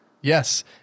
yes